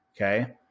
okay